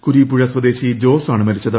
കുരീപ്പുഴ സ്വദേശി ്ജോസാണ് മരിച്ചത്